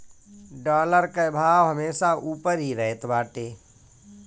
dollar कअ भाव हमेशा उपर ही रहत बाटे